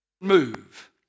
move